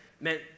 meant